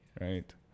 right